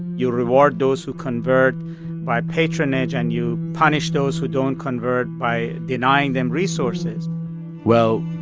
you reward those who convert by patronage, and you punish those who don't convert by denying them resources well,